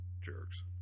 jerks